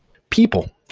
people.